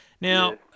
Now